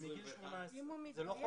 זה מגיל 18. אם הוא מתגייס,